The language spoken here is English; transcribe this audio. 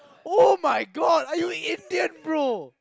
[oh]-my-god are you an Indian bro